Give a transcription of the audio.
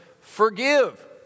Forgive